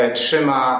trzyma